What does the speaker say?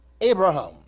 Abraham